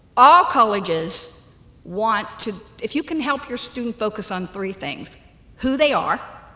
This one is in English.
all colleges want to if you can help your student focus on three things who they are